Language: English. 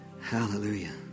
Hallelujah